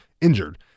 injured